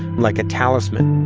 like a talisman